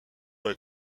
avec